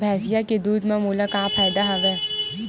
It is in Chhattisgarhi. भैंसिया के दूध म मोला का फ़ायदा हवय?